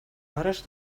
hores